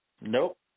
Nope